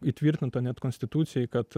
įtvirtinta net konstitucijoj kad